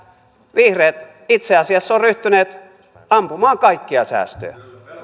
vihreät itse asiassa ovat ryhtyneet ampumaan kaikkia säästöjä